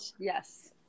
yes